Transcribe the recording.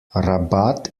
rabat